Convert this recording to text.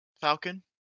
Falcon